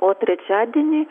o trečiadienį